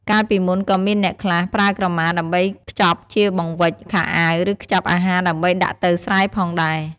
កាលពីមុនក៏មានអ្នកខ្លះ ប្រើក្រមាដើម្បីខ្ចប់ជាបង្វិចខោអាវ ឬ ខ្ចប់អាហារដើម្បីដាក់ទៅស្រែផងដែរ។